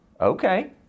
Okay